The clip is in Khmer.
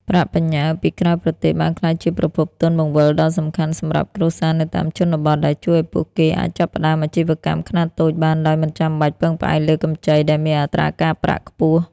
ប្រាក់បញ្ញើពីក្រៅប្រទេសបានក្លាយជាប្រភពទុនបង្វិលដ៏សំខាន់សម្រាប់គ្រួសារនៅតាមជនបទ ដែលជួយឱ្យពួកគេអាចចាប់ផ្ដើមអាជីវកម្មខ្នាតតូចបានដោយមិនចាំបាច់ពឹងផ្អែកលើកម្ចីដែលមានអត្រាការប្រាក់ខ្ពស់។